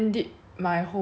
my homework lor